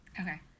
Okay